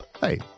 Hey